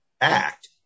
act